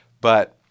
but-